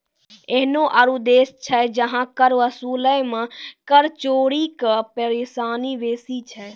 एहनो आरु देश छै जहां कर वसूलै मे कर चोरी के परेशानी बेसी छै